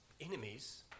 enemies